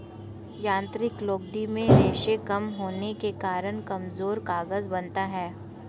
यांत्रिक लुगदी में रेशें कम होने के कारण कमजोर कागज बनता है